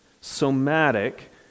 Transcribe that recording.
somatic